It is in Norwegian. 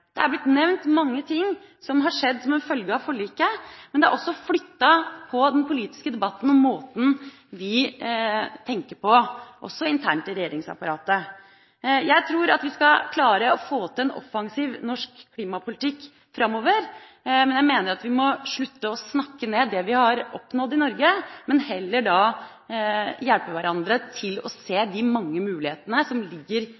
Det er blitt nevnt mange ting som har skjedd som en følge av forliket, men det er også flyttet på den politiske debatten og måten vi tenker på, også internt i regjeringsapparatet. Jeg tror at vi skal klare å få til en offensiv norsk klimapolitikk framover. Jeg mener at vi må slutte med å snakke ned det vi har oppnådd i Norge, men heller hjelpe hverandre til å se de mange mulighetene som ligger